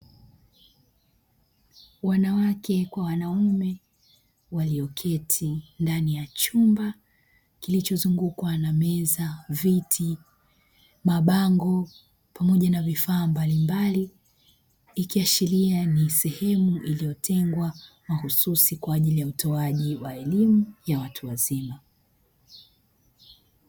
Wanawake kwa wanaume walioketi ndani ya chumba kilichozungukwa na meza, viti, mabango, pamoja na vifaa mbalimbali, ikiashiria ni sehemu iliyotengwa mahususi kwa ajili ya utoaji wa elimu ya watu wazima.